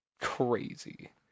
crazy